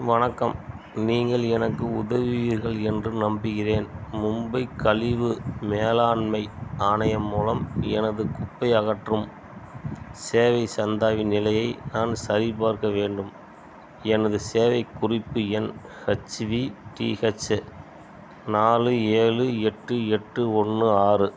வணக்கம் நீங்கள் எனக்கு உதவுவீர்கள் என்று நம்புகிறேன் மும்பை கலிவு மேலாண்மை ஆணையம் மூலம் எனது குப்பை அகற்றும் சேவை சந்தாவின் நிலையை நான் சரிபார்க்க வேண்டும் எனது சேவை குறிப்பு எண் ஹச்விடிஹச்சு நாலு ஏலு எட்டு எட்டு ஒன்னு ஆறு